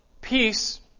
peace